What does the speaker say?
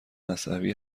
عصبی